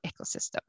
ecosystem